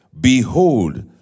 Behold